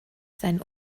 seinen